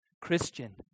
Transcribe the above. Christian